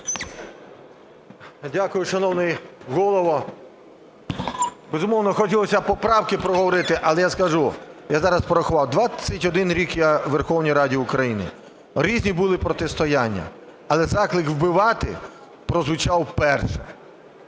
Дякую, шановний Голово. Безумовно, хотілося б поправки проговорити, але я скажу, я зараз порахував, 21 рік я у Верховній Раді України, різні були протистояння, але заклик вбивати прозвучав вперше.